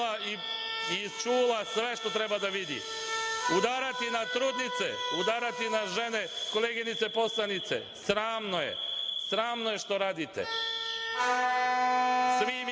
i čula sve što treba da vidi. Udarati na trudnice, udarati na žene, koleginice poslanice, sramno je. Sramno je što radite. Svi mi